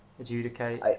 adjudicate